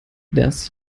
das